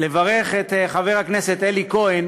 לברך את חבר הכנסת אלי כהן